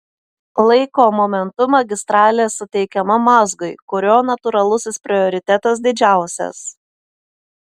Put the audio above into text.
laiko momentu magistralė suteikiama mazgui kurio natūralusis prioritetas didžiausias